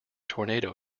tornado